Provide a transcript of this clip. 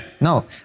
No